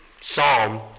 psalm